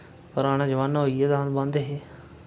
प्राण जमाना होई गेदा अदूं बांह्दे हे